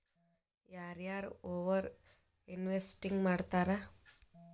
ಯಾರ ಯಾರ over investing ಮಾಡ್ತಾರಾ